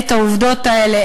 את העובדות האלה,